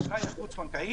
ענק.